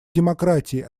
демократии